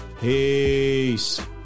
Peace